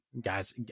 guys